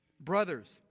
Brothers